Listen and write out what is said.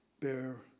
bear